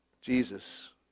Jesus